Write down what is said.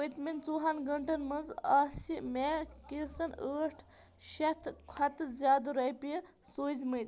پٔتۍمٮ۪ن ژۄوُہَن گٲنٛٹن مَنٛز آسہِ مےٚ کیٚنژھَن ٲٹھ شَتھ کھۄتہٕ زِیٛادٕ رۄپیہِ سوٗزۍمٕتۍ